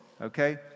Okay